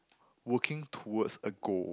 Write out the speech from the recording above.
working towards a goal